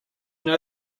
know